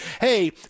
Hey